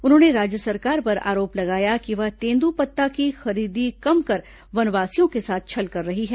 उन्होंने राज्य सरकार पर आरोप लगाया कि वह तेंद्रपत्ता की खरीदी कम कर वनवासियों के साथ छल कर रही है